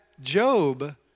Job